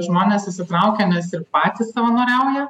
žmonės įsitraukia nes ir patys savanoriauja